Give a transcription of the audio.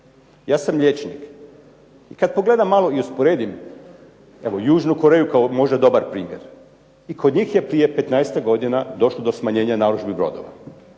Ja sam liječnik i kad pogledam malo i usporedim tamo Južnu Koreju kao možda dobar primjer. I kod njih je prije 15-ak godina došlo do smanjenja narudžbi brodova.